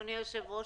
אדוני היושב-ראש,